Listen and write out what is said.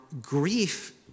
grief